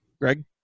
Greg